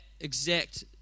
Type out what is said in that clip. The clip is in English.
exact